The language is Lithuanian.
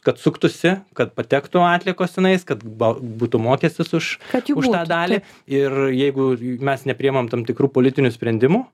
kad suktųsi kad patektų atliekos tenais kad būtų mokestis už už tą dalį ir jeigu mes nepriimam tam tikrų politinių sprendimų